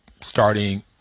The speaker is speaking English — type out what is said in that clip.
starting